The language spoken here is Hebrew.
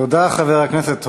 תודה, חבר הכנסת הורוביץ.